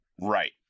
right